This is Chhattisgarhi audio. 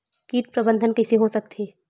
कीट प्रबंधन कइसे हो सकथे?